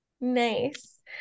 Nice